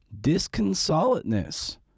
disconsolateness